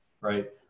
Right